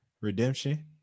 Redemption